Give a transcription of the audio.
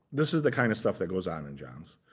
this is the kind of stuff that goes on in johns.